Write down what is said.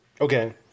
Okay